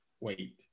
wait